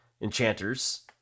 enchanters